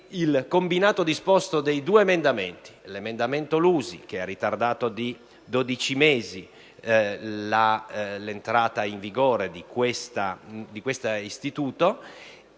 il combinato disposto dei due emendamenti (quello del senatore Lusi, che ha ritardato di 12 mesi l'entrata in vigore di questo istituto,